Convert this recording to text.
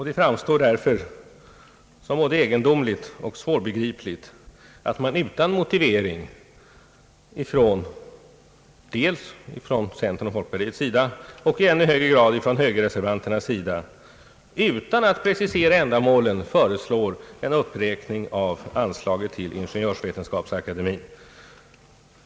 Det framstår därför som både egendomligt och svårbegripligt att man från centerns och folkpartiets och möjligen även från högerreservanternas sida utan att precisera ändamålen föreslår en uppräkning av anslaget till Ingeniörsvetenskapsakademien.